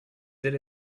that